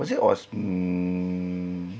was it aus~ mm